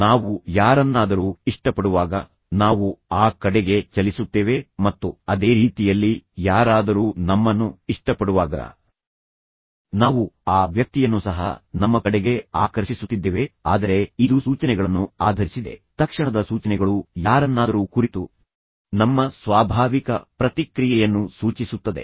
ನಾವು ಯಾರನ್ನಾದರೂ ಇಷ್ಟಪಡುವಾಗ ನಾವು ಆ ಕಡೆಗೆ ಚಲಿಸುತ್ತೇವೆ ಮತ್ತು ಅದೇ ರೀತಿಯಲ್ಲಿ ಯಾರಾದರೂ ನಮ್ಮನ್ನು ಇಷ್ಟಪಡುವಾಗ ನಾವು ಆ ವ್ಯಕ್ತಿಯನ್ನು ಸಹ ನಮ್ಮ ಕಡೆಗೆ ಆಕರ್ಷಿಸುತ್ತಿದ್ದೇವೆ ಆದರೆ ಇದು ಸೂಚನೆಗಳನ್ನು ಆಧರಿಸಿದೆ ತಕ್ಷಣದ ಸೂಚನೆಗಳು ಯಾರನ್ನಾದರೂ ಕುರಿತು ನಮ್ಮ ಸ್ವಾಭಾವಿಕ ಪ್ರತಿಕ್ರಿಯೆಯನ್ನು ಸೂಚಿಸುತ್ತದೆ